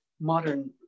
modern